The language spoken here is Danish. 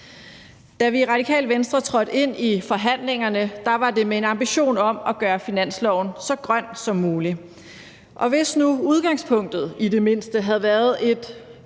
Da vi i Radikale Venstre trådte ind i forhandlingerne, var det med en ambition om at gøre finanslovsaftalen så grøn som muligt. Hvis nu udgangspunktet i det mindste havde været et